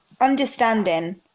understanding